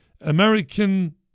American